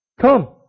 come